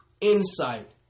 insight